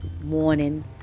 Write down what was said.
morning